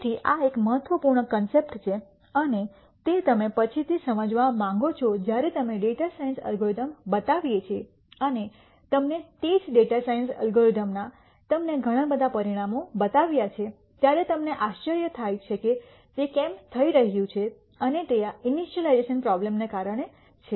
તેથી આ એક મહત્વપૂર્ણ કોન્સેપ્ટ છે અને તે તમે પછી થી સમજવા માંગો છો જ્યારે તમે ડેટા સાયન્સ એલ્ગોરિધમ્સ બતાવીએ છીએ અને તમને તે જ ડેટા સાયન્સ અલ્ગોરિધમના તમને ઘણા બધા પરિણામો બતાવે છે ત્યારે તમને આશ્ચર્ય થાય છે કે તે કેમ થઈ રહ્યું છે અને તે આ ઇનિશલાઇઝેશન પ્રોબ્લેમને કારણે છે